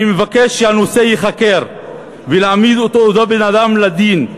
אני מבקש שהנושא ייחקר ולהעמיד את אותו בן-אדם לדין.